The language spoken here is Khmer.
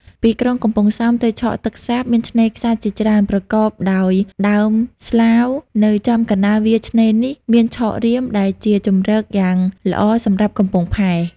ពីក្រុងកំពង់សោមទៅឆកទឹកសាប មានឆ្នេរខ្សាច់ជាច្រើន ប្រកប ដោយដើមស្លាវ នៅចំកណ្តាលវាលឆ្នេរនេះ មានឆករាម ដែលជាជំរកយ៉ាងល្អសំរាប់កំពង់ផែ ។